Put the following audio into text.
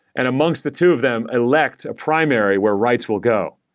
and amongst the two of them elect a primary where writes will go